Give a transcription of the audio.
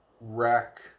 wreck